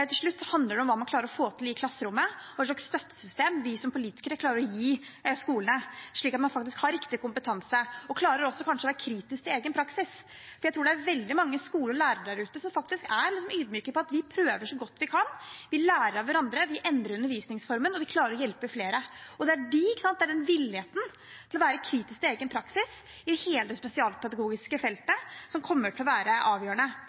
Til slutt handler det om hva man klarer å få til i klasserommet, hva slags støttesystem vi som politikere klarer å gi skolene, slik at de faktisk har riktig kompetanse, og at man kanskje også klarer å være kritisk til egen praksis. Jeg tror det er veldig mange skoler og lærere der ute som faktisk er ydmyke – vi prøver så godt vi kan, vi lærer av hverandre, vi endrer undervisningsformen, og vi klarer å hjelpe flere. Det er den villigheten til å være kritisk til egen praksis på hele det spesialpedagogiske feltet som kommer til å være avgjørende.